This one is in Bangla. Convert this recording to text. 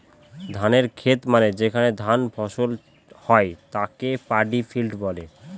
ধানের খেত মানে যেখানে ধান ফসল হয় তাকে পাডি ফিল্ড বলে